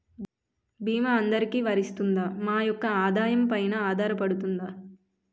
భీమా అందరికీ వరిస్తుందా? మా యెక్క ఆదాయం పెన ఆధారపడుతుందా?